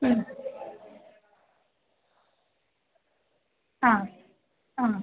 ಹ್ಞೂ ಹಾಂ ಹಾಂ